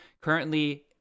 Currently